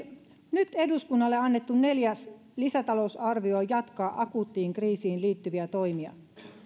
nyt eduskunnalle annettu neljäs lisätalousarvio jatkaa akuuttiin kriisiin liittyviä toimia